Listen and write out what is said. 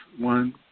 one